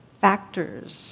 factors